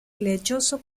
lechoso